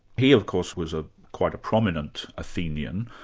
he of course was ah quite a prominent athenian,